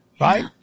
Right